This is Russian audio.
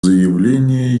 заявлении